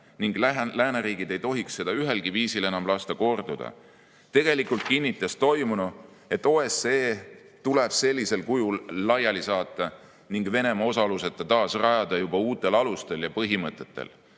ning lääneriigid ei tohiks seda ühelgi viisil enam lasta korduda. Tegelikult kinnitas toimunu, et OSCE tuleb sellisel kujul laiali saata ning Venemaa osaluseta taas rajada juba uutel alustel ja põhimõtetel.